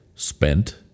Spent